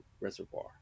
reservoir